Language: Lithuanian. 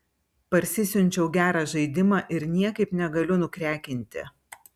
parsisiunčiau gerą žaidimą ir niekaip negaliu nukrekinti